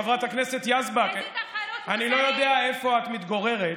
חבר הכנסת אבו שחאדה,